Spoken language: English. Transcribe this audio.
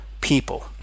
people